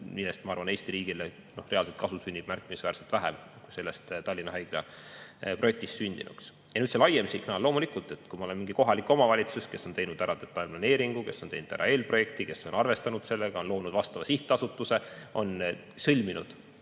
arvan, et sellest Eesti riigile reaalset kasu sünnib märkimisväärselt vähem, kui Tallinna Haigla projektist sündinuks. Ja nüüd see laiem signaal. Loomulikult, kui ma olen mingi kohalik omavalitsus, kes on teinud ära detailplaneeringu, kes on teinud ära eelprojekti, kes on arvestanud sellega, on loonud vastava sihtasutuse, on sõlminud